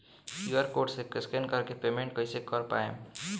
QR code से scan कर के पेमेंट कइसे कर पाएम?